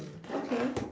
okay